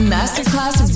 Masterclass